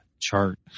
chart